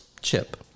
chip